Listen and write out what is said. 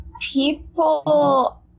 People